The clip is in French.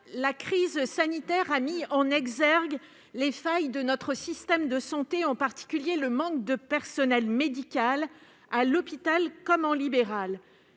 la crise sanitaire a mis en exergue les failles de notre système de santé, en particulier le manque de personnel médical, tant à l'hôpital qu'en ville.